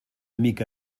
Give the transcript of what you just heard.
mica